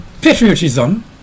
patriotism